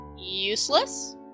Useless